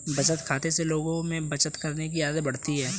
बचत खाते से लोगों में बचत करने की आदत बढ़ती है